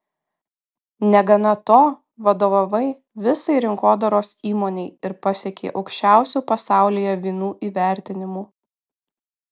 negana to vadovavai visai rinkodaros įmonei ir pasiekei aukščiausių pasaulyje vynų įvertinimų